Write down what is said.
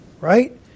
right